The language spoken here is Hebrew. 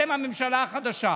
הממשלה החדשה,